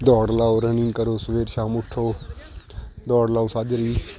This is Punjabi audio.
ਦੌੜ ਲਾਓ ਰਨਿੰਗ ਕਰੋ ਸਵੇਰ ਸ਼ਾਮ ਉੱਠੋ ਦੌੜ ਲਾਓ ਸਾਜਰੇ ਹੀ